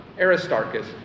Aristarchus